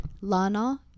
Lana